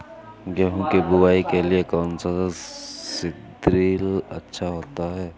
गेहूँ की बुवाई के लिए कौन सा सीद्रिल अच्छा होता है?